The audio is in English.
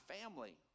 family